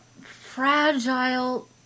fragile